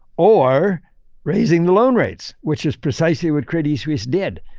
or raising the loan rates, which is precisely what credit suisse did.